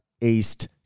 East